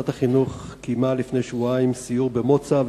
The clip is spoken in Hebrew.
ועדת החינוך קיימה לפני שבועיים סיור במוצא,